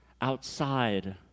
outside